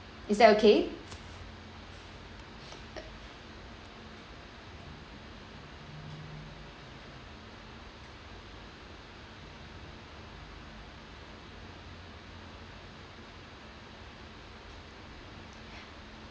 is that okay